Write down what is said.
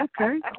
okay